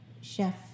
chef